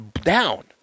down